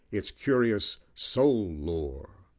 its curious soul-lore.